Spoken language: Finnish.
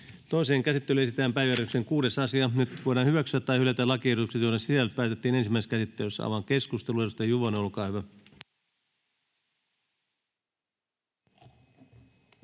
Toiseen käsittelyyn esitellään päiväjärjestyksen 9. asia. Nyt voidaan hyväksyä tai hylätä lakiehdotukset, joiden sisällöstä päätettiin ensimmäisessä käsittelyssä. — Keskustelu, edustaja Hänninen.